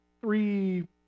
three